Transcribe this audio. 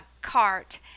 cart